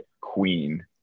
queen